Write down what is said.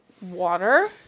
water